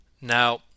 Now